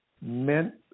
meant